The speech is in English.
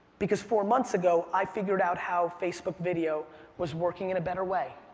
because four months ago, i figured out how facebook video was working in a better way.